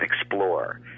explore